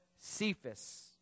cephas